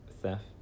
theft